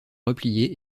replier